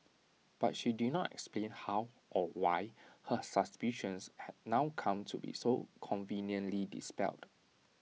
but she did not explain how or why her suspicions had now come to be so conveniently dispelled